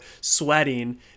sweating